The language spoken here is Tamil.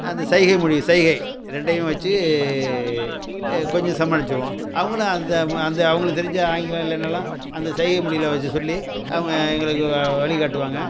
அந்த சைகை மொழி சைகை ரெண்டையும் வச்சி கொஞ்சம் சமாளிச்சிடுவோம் அவங்களும் அந்த ம அந்த அவங்களுக்கு தெரிஞ்ச ஆங்கிலம் இல்லைனாலும் அந்த சைகை மொழியில் வச்சி சொல்லி அவங்க எங்களுக்கு வ வழி காட்டுவாங்க